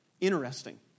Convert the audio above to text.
Interesting